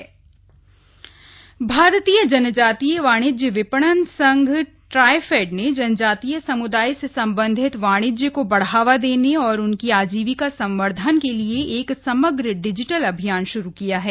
digital अभियान भारतीय जनजातीय वाणिज्य विपणन संघ ट्राइफेड ने जनजातीय सम्दाय से संबधित वाणिज्य को बढ़ावा देने और उनकी आजीविका संबर्धन के लिए एक समग्र डिजिटल अभियान श्रू किया है